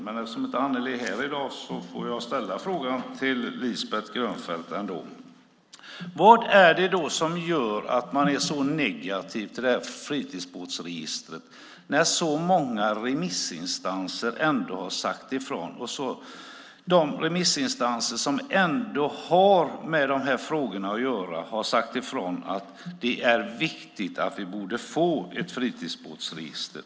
Men eftersom Annelie inte är här i dag får jag fråga Lisbeth Grönfeldt Bergman: Vad är det som gör att man är så negativ till ett fritidsbåtsregister? Det är så många remissinstanser som har sagt ifrån. De remissinstanser som ändå har med de här frågorna att göra har ju sagt att detta är viktigt, att vi borde få ett fritidsbåtsregister.